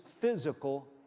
physical